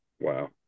Wow